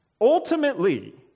ultimately